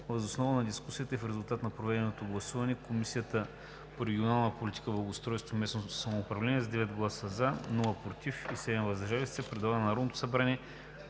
Въз основа на дискусията и в резултат на проведеното гласуване Комисията по регионална политика, благоустройство и местно самоуправление с 9 гласа „за“, без „против“ и 7 гласа „въздържал се“ предлага на Народното събрание